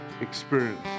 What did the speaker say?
experience